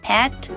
Pet